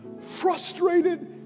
frustrated